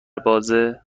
بازه